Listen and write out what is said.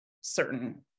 certain